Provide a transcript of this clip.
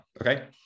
okay